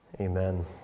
Amen